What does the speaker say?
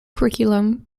curriculum